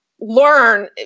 learn